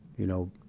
you know,